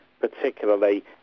particularly